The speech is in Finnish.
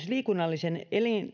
liikunnallisen